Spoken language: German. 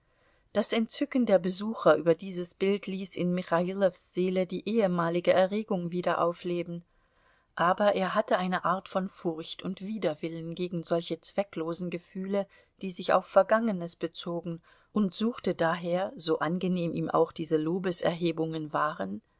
das entzücken der besucher über dieses bild ließ in michailows seele die ehemalige erregung wieder aufleben aber er hatte eine art von furcht und widerwillen gegen solche zwecklosen gefühle die sich auf vergangenes bezogen und suchte daher so angenehm ihm auch diese lobeserhebungen waren